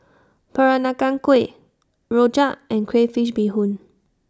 Peranakan Kueh Rojak and Crayfish Beehoon